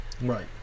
Right